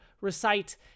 recite